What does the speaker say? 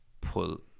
pull